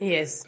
Yes